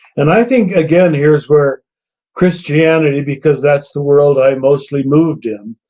and i think again, here's where christianity, because that's the world i mostly moved in,